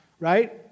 Right